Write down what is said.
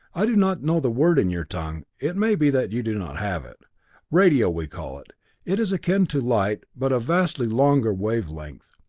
i do not know the word in your tongue it may be that you do not have it radio we call it it is akin to light, but of vastly longer wavelength.